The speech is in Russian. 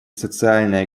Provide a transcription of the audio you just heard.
социально